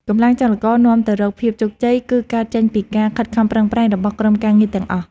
កម្លាំងចលករនាំទៅរកភាពជោគជ័យគឺកើតចេញពីការខិតខំប្រឹងប្រែងរបស់ក្រុមការងារទាំងអស់។